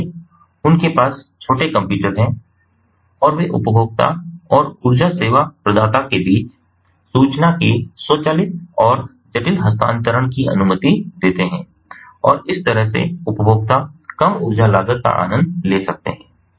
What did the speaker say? इसलिए उनके पास छोटे कंप्यूटर हैं और वे उपभोक्ता और ऊर्जा सेवा प्रदाता के बीच सूचना के स्वचालित और जटिल हस्तांतरण की अनुमति देते हैं और इस तरह से उपभोक्ता कम ऊर्जा लागत का आनंद ले सकते हैं